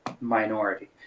minority